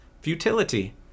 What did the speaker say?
futility